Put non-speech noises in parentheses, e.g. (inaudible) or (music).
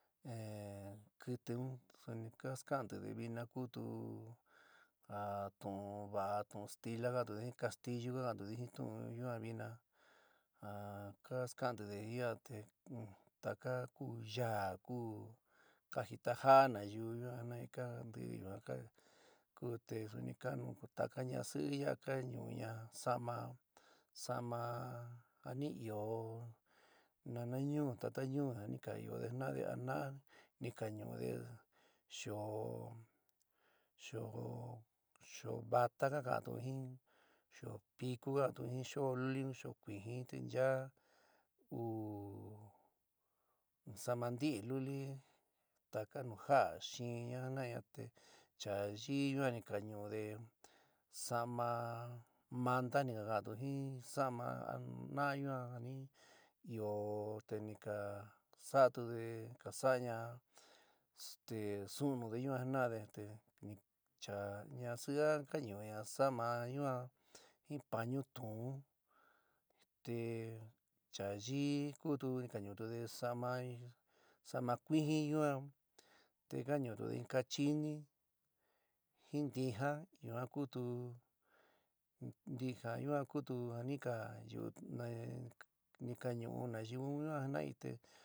Kɨtɨ un, suni ka ska'antide vina kutu a tu'un va tu'un stila ka'antude jin, castillu ka ska'antude jin tu'ún yuan vina, ja ka ska'antide ya'a te taka kuú ya'a ku, kajitaja'a nayuú yuan jina'ai, ka'antii yuan ka ku te suni kanuú taka ñasɨɨ yaa ka ñu'uña sa'ama sa'ama ja ni io nanañú tatañú ja ni ka ióde jina'ade ana'a, ni ka ñu'ude xoó xoó xoó vata ka ka'antu jin xoó picú ka ka'antu jín xoó luli un xoó kuijɨn te nchaá uú sa'ama ntɨɨ luli, taka nu jaá xi'inña jina'aña te cha yií yuan ni ka ñu'ude sa'ama mantá ni ka ka'antu jin sa'ama ana'a yuan jani ɨó te ni ka sa'atude ka sa'aña este su'unude yuan jina'ade, te cha ñasɨɨ a ka ñu'uña sa'ama yuan jin pañú tuún te chaa yíí kutude ni ka ñu'utude sa'ama sa'ama kuijín yuan te ka ñu'utude in kachini jin ntijaá yuan kutu ntijaá yuan kutu ja ni ka (unintelligible) ni ka ñu'u nayiú un jina'i te.